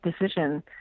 decision